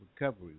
recovery